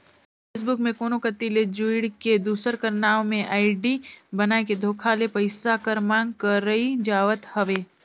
आएज फेसबुक में कोनो कती ले जुइड़ के, दूसर कर नांव में आईडी बनाए के धोखा ले पइसा कर मांग करई जावत हवे